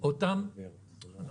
נכנסת אנחנו מוטי תיירות נכנסת, לא